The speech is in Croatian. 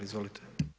Izvolite.